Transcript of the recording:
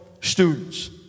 students